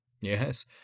Yes